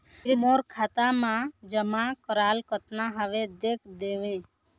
मोर खाता मा जमा कराल कतना हवे देख देव?